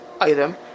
item